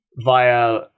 via